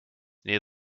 near